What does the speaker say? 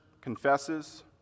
confesses